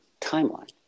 timeline